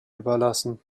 überlassen